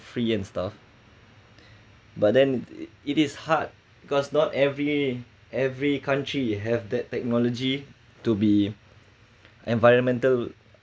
free and stuff but then it is hard because not every every country you have that technology to be environmental